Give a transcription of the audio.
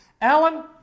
Alan